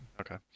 okay